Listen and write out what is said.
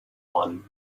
one